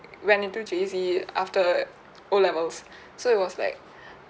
when into J_C after o levels so it was like